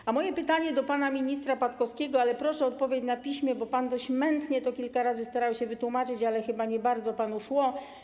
I moje pytanie do pana ministra Patkowskiego - tylko proszę o odpowiedź na piśmie, bo pan dość mętnie to kilka razy starał się wytłumaczyć, ale chyba nie bardzo panu szło.